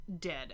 dead